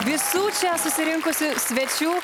visų čia susirinkusių svečių